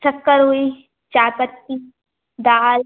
शक्कर हुई चायपत्ती दाल